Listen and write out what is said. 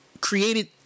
created